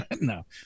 no